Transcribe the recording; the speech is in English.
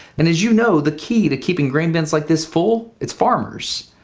and, as you know, the key to keeping grain bins like this full, it's farmers.